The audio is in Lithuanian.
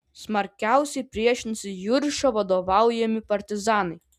smarkiausiai priešinosi juršio vadovaujami partizanai